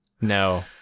No